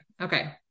Okay